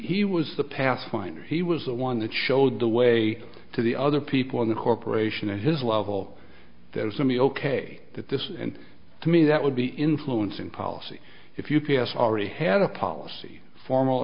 he was the past fine he was the one that showed the way to the other people in the corporation at his level there's something ok at this and to me that would be influencing policy if you could has already had a policy formal